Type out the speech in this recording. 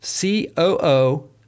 COO